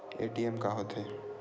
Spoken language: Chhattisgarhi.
ए.टी.एम का होथे?